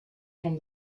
from